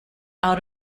out